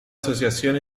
asociación